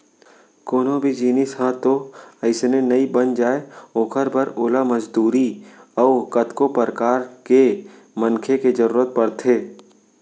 कोनो भी जिनिस ह तो अइसने नइ बन जाय ओखर बर ओला मजदूरी अउ कतको परकार के मनखे के जरुरत परथे